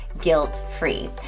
guilt-free